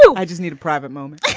i just need a private moment,